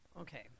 okay